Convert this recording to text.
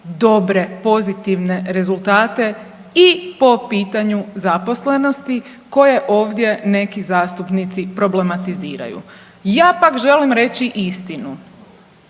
dobre, pozitivne rezultate i po pitanju zaposlenosti koje ovdje neki zastupnici problematiziraju. Ja pak želim reći istinu.